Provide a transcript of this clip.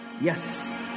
Yes